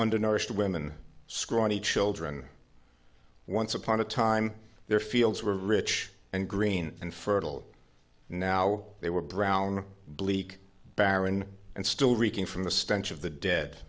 undernourished women scrawny children once upon a time their fields were rich and green and fertile now they were brown bleak barren and still reeking from the stench of the dead